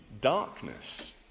darkness